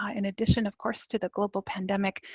in addition of course to the global pandemic,